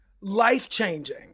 life-changing